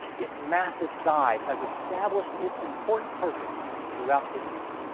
its massive size has established its important purpose throughout history,